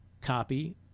copy